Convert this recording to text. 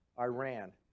Iran